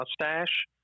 mustache